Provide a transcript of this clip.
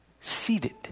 Seated